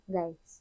Guys